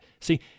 See